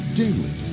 daily